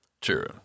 True